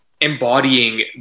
embodying